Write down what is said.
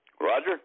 Roger